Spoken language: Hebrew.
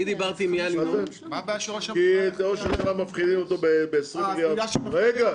כי את ראש הממשלה מפחידים ב-20 מיליארד --- אה,